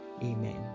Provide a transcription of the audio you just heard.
amen